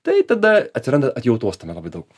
tai tada atsiranda atjautos tame labai daug